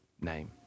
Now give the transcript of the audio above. name